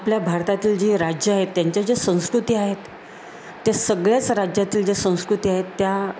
आपल्या भारतातील जी राज्य आहेत त्यांच्या ज्या संस्कृती आहेत त्या सगळ्याच राज्यातील ज्या संस्कृती आहेत त्या